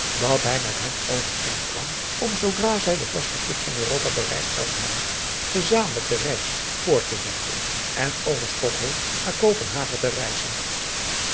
dat hij met hem overeenkwam om zoodra zij de vaste kust van europa bereikt zouden hebben gezamenlijk de reis voort te zetten en over stokholm naar kopenhagen te reizen